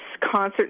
concert